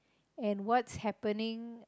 and what's happening